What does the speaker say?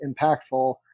impactful